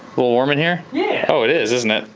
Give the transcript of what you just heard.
warm in here? yeah. oh, it is, isn't it?